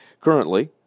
Currently